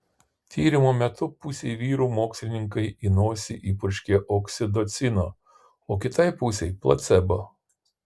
tyrimo metu pusei vyrų mokslininkai į nosį įpurškė oksitocino o kitai pusei placebo